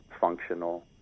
functional